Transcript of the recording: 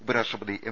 ഉപരാഷ്ട്രപതി എം